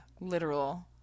literal